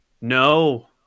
No